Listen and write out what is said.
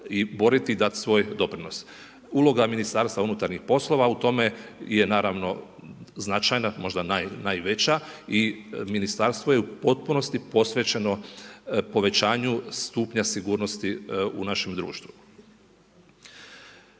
i boriti dati svoj doprinos. Uloga Ministarstva unutarnjih poslova u tome je naravno značajna, možda najveća i ministarstvo je u potpunosti posvećeno povećanju stupnja sigurnosti u našem društvu.